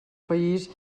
país